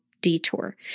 detour